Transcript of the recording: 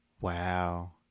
Wow